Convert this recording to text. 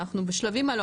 שאנחנו בשלבים האלו,